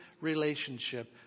relationship